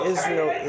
Israel